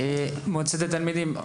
מועצת התלמידים,